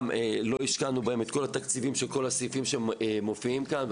לא השקענו בהם את כל התקציבים של כל הסעיפים שמופיעים כאן,